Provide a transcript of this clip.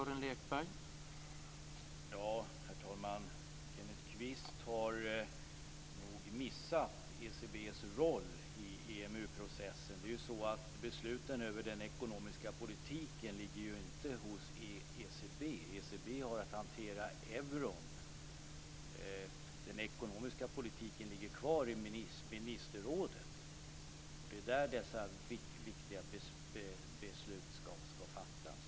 Herr talman! Kenneth Kvist har nog missuppfattat ECB:s roll i EMU-processen. Besluten över den ekonomiska politiken ligger ju inte hos ECB. ECB har att hantera euron. Ansvaret för den ekonomiska politiken ligger kvar hos ministerrådet. Det är där dessa viktiga beslut ska fattas.